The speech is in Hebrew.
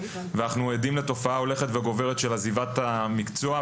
ואנחנו עדים לתופעה הולכת וגוברת של עזיבת המקצוע,